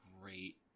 great